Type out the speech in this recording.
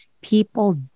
people